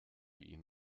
ihn